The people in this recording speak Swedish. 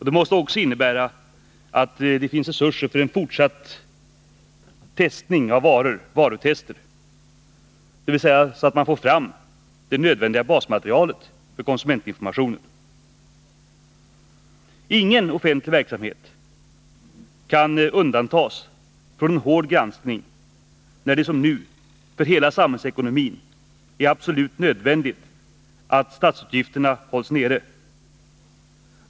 Det måste också innebära att det finns resurser för fortsatta varutester, så att man får fram det nödvändiga basmaterialet för konsumentinformation. Ingen offentlig verksamhet kan undantas från en hård granskning när det som nu för hela samhällsekonomin är absolut nödvändigt att statsutgifterna hålls nere.